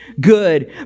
good